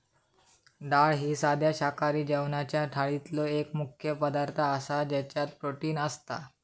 डाळ ही साध्या शाकाहारी जेवणाच्या थाळीतलो एक मुख्य पदार्थ आसा ज्याच्यात प्रोटीन असता